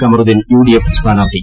Kamaruddin UDF സ്ഥാനാർത്ഥി